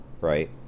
right